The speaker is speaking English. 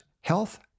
health